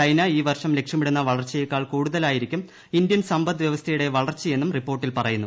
China ഈ വർഷം ലക്ഷ്യമിടുന്ന വളർച്ചയേക്കാൾ കൂടുതലായിരിക്കും ഇന്ത്യൻ സമ്പദ്വ്യവ്സ്ഥയുടെ വളർച്ചയെന്നും റിപ്പോർട്ടിൽ പറയുന്നു